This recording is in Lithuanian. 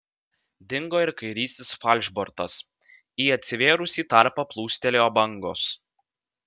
dingo ir kairysis falšbortas į atsivėrusį tarpą plūstelėjo bangos